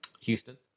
Houston